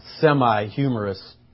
semi-humorous